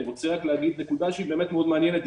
אני רוצה רק להגיד נקודה שהיא באמת מאוד מעניינת.